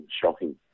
shocking